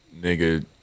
Nigga